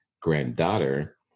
granddaughter